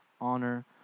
honor